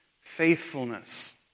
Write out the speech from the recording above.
faithfulness